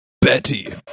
betty